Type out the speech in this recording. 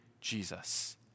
Jesus